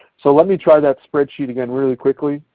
so let me try that spreadsheet again really quickly.